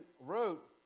wrote